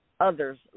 others